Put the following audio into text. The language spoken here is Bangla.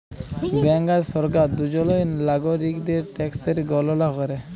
ব্যাংক আর সরকার দুজলই লাগরিকদের ট্যাকসের গললা ক্যরে